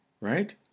right